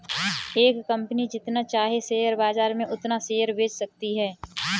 एक कंपनी जितना चाहे शेयर बाजार में उतना शेयर बेच सकती है